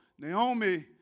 Naomi